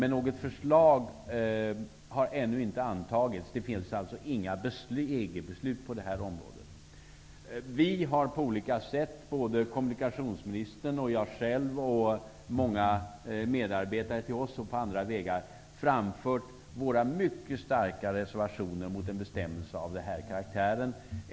Något förslag har ännu inte antagits. Det finns alltså inga EG-beslut på det här området. Vi har på olika sätt, kommunikationsministern, jag själv och många medarbetare till oss, framfört våra mycket starka reservationer mot en bestämmelse av den här karaktären.